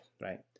right